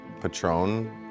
Patron